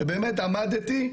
ועמדתי,